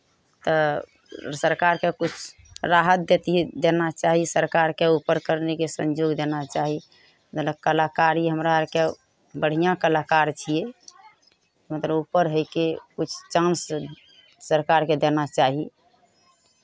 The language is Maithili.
तऽ सरकारकेँ किछु राहत दैतियै देना चाही सरकारकेँ ऊपर करनेके सञ्जोग देना चाही जेना कलाकारी हमरा आरके बढ़िआँ कलाकार छियै मतलब ऊपर होयके किछु चांस स् सरकारकेँ देना चाही